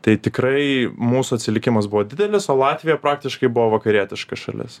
tai tikrai mūsų atsilikimas buvo didelis o latvija praktiškai buvo vakarietiška šalis